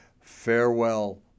Farewell